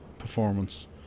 performance